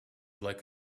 like